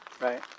right